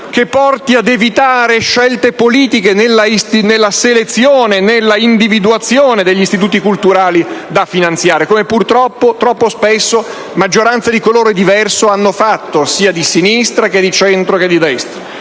che porti a evitare scelte politiche nella individuazione degli istituti culturali da finanziare, come troppo spesso maggioranze di colore diverso hanno fatto sia di sinistra, che di centro e di destra.